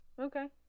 okay